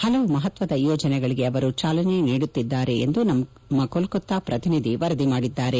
ಹಲವು ಮಹತ್ವದ ಯೋಜನೆಗಳಿಗೆ ಅವರು ಚಾಲನೆ ನೀಡುತ್ತಿದ್ದಾರೆ ಎಂದು ನಮ್ಮ ಕೊಲ್ಕತಾ ಪ್ರತಿನಿಧಿ ವರದಿ ಮಾಡಿದ್ದಾರೆ